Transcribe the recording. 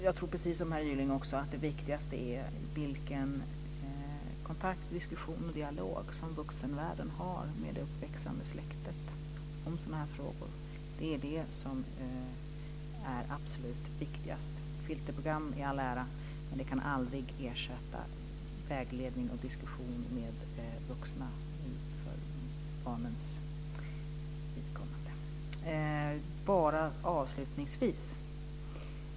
Jag tror också precis som herr Gylling att det viktigaste är vilken kontakt, diskussion och dialog som vuxenvärlden har med det uppväxande släktet om sådana här frågor. Det är det som är absolut viktigast. Filterprogram i all ära - men de kan aldrig ersätta vägledning och diskussion med vuxna för barnens vidkommande.